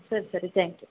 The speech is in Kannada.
ಸರಿ ಸರಿ ತ್ಯಾಂಕ್ ಯು